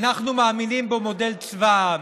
אנחנו מאמינים במודל צבא העם.